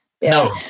no